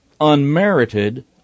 unmerited